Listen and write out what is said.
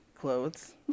clothes